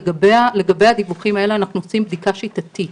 לגבי הדיווחים האלה אנחנו עושים בדיקה שיטתית.